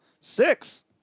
Six